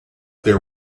there